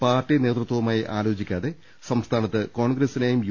party നേതൃത്വവുമായി ആലോചിക്കാതെ സംസ്ഥാനത്ത് കോൺഗ്രസ്സിനെയും യു